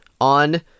on